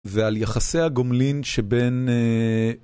ועל יחסי הגומלין שבין...